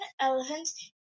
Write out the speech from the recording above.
elephants